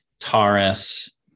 Taurus